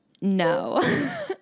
No